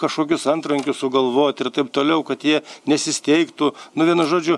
kažkokius antrankius sugalvot ir taip toliau kad jie nesisteigtų nu vienu žodžiu